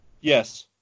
Yes